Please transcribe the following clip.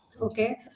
okay